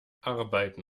arbeiten